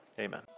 Amen